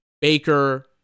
Baker